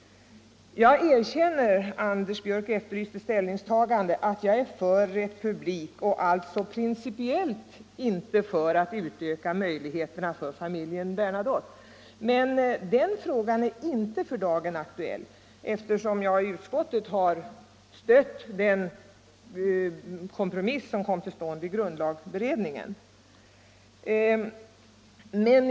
Jag erkänner — Anders Björck efterlyste ett ställningstagande — att jag 35 är för republik och alltså principiellt inte för att utöka möjligheterna för familjen Bernadotte. Men den frågan är inte för dagen aktuell, eftersom jag i utskottet har stött den kompromiss som kom till stånd i grundlagberedningen.